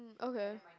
okay